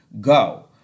go